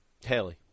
Haley